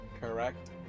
correct